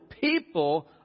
People